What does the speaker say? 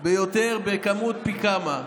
ביותר, בכמות פי כמה.